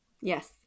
Yes